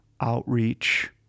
outreach